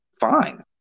fine